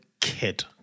kid